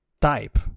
type